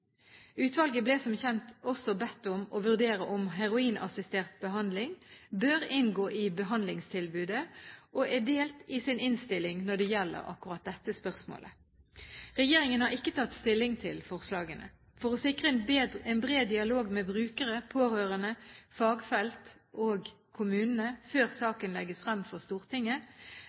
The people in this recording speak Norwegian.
Utvalget ble som kjent også bedt om å vurdere om heroinassistert behandling bør inngå i behandlingstilbudet og er delt i sin innstilling når det gjelder akkurat dette spørsmålet. Regjeringen har ikke tatt stilling til forslagene. For å sikre en bred dialog med brukere, pårørende, fagfelt og kommunene før saken legges frem for Stortinget,